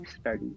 study